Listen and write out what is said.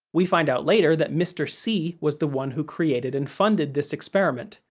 we find out later that mr. c was the one who created and funded this experiment.